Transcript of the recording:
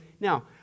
now